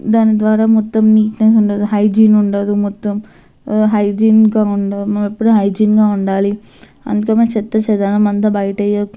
దాని ద్వారా మొత్తం నీట్నెస్ ఉండదు హైజిన్ ఉండదు మొత్తం హైజిన్గా ఉండం మనం ఎప్పుడు హైజిన్గా ఉండాలి అందుకే మనం చెత్త చదరం అంతా బయట వెయ్య